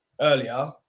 earlier